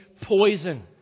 poison